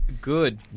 good